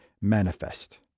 manifest